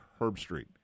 Herbstreet